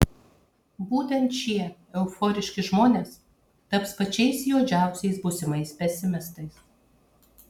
būtent šie euforiški žmonės taps pačiais juodžiausiais būsimais pesimistais